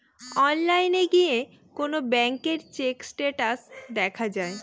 অনলাইনে গিয়ে কোন ব্যাঙ্কের চেক স্টেটাস দেখা যায়